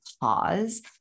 pause